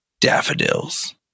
Daffodils